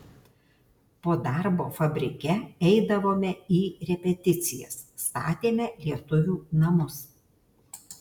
po darbo fabrike eidavome į repeticijas statėme lietuvių namus